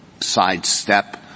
sidestep